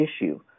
issue